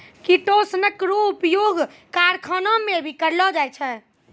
किटोसनक रो उपयोग करखाना मे भी करलो जाय छै